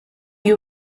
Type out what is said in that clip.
you